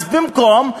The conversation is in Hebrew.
אז במקום,